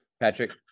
Patrick